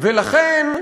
ולכן,